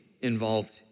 involved